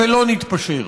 להתפשר, ולא נתפשר.